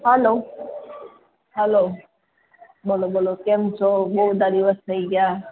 hello hello બોલો બોલો કેમ છો બહુ બધાં દિવસ થઈ ગયાં